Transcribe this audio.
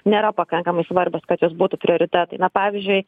nėra pakankamai svarbios kad jos būtų prioritetai na pavyzdžiui